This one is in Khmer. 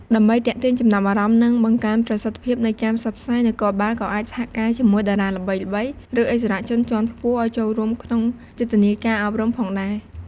ដើម្បីទាក់ទាញចំណាប់អារម្មណ៍ និងបង្កើនប្រសិទ្ធភាពនៃការផ្សព្វផ្សាយ នគរបាលក៏អាចសហការជាមួយ តារាល្បីៗ ឬឥស្សរជនជាន់ខ្ពស់ ឱ្យចូលរួមក្នុងយុទ្ធនាការអប់រំផងដែរ។